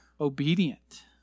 obedient